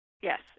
Yes